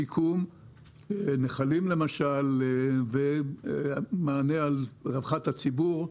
שיקום נחלים ומענה לרווחת הציבור.